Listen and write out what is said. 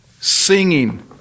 singing